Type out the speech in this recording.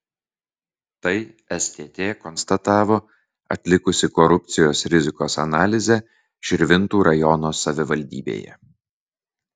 tai stt konstatavo atlikusi korupcijos rizikos analizę širvintų rajono savivaldybėje